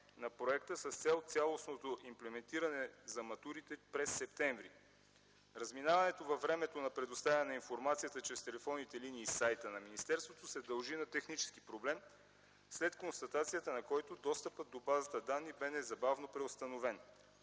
на проекта с цел цялостното имплементиране за матурите през м. септември. Разминаването във времето на предоставяне на информацията чрез телефонните линии и сайта на министерството се дължи на технически проблем, след констатацията на който достъпът до базата данни бе незабавно преустановен.